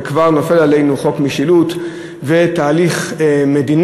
וכבר נופל עלינו חוק משילות ותהליך מדיני